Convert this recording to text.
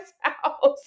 house